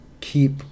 keep